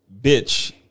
bitch